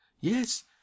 Yes